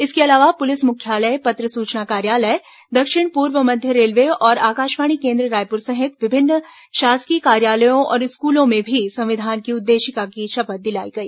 इसके अलावा पुलिस मुख्यालय पत्र सूचना कार्यालय दक्षिण पूर्व मध्य रेलवे और आकाशवाणी केन्द्र रायपुर सहित विभिन्न शासकीय कार्यालयों और स्कूलों में भी संविधान की उद्देशिका की शपथ दिलाई गई